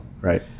Right